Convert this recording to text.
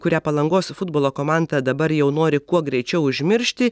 kurią palangos futbolo komanda dabar jau nori kuo greičiau užmiršti